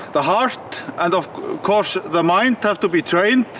the heart and of course the mind have to be trained.